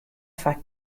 foar